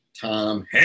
Tom